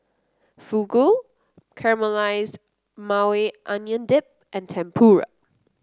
Fugu Caramelized Maui Onion Dip and Tempura